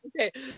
Okay